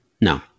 No